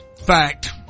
fact